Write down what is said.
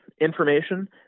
information